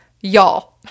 Y'all